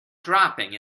dropping